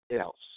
else